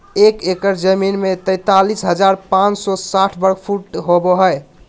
एक एकड़ जमीन में तैंतालीस हजार पांच सौ साठ वर्ग फुट होबो हइ